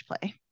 play